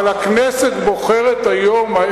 אבל הכנסת בוחרת היום,